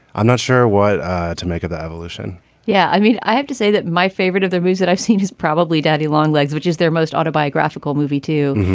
i'm not sure what to make of that evolution yeah. i mean, i have to say that my favorite of the rules that i've seen is probably daddy long legs, which is their most autobiographical movie too.